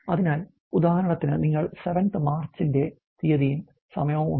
അതിനാൽ ഉദാഹരണത്തിന് നിങ്ങൾക്ക് 7th MARCH ഇന്റെ തീയതിയും സമയവും ഉണ്ട്